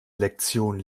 lektion